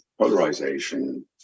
polarization